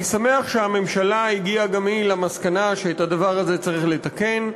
אני שמח שהממשלה הגיעה גם היא למסקנה שאת הדבר הזה צריך לתקן,